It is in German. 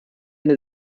eine